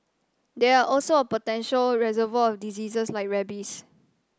they are also a potential reservoir of disease like rabies